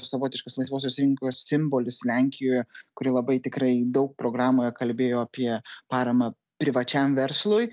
savotiškas laisvosios rinkos simbolis lenkijoje kuri labai tikrai daug programoje kalbėjo apie paramą privačiam verslui